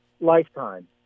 lifetime